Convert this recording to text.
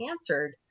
answered